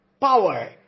power